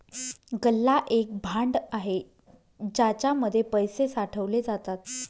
गल्ला एक भांड आहे ज्याच्या मध्ये पैसे साठवले जातात